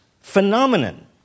phenomenon